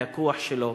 מהכוח שלו,